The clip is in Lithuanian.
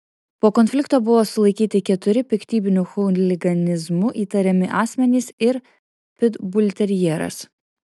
po konflikto buvo sulaikyti keturi piktybiniu chuliganizmu įtariami asmenys ir pitbulterjeras